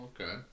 Okay